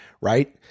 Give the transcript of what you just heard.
Right